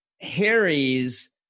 Harry's